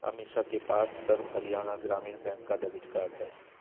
अमीषा के पास सर्व हरियाणा ग्रामीण बैंक का डेबिट कार्ड है